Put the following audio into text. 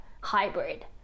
hybrid